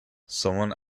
someone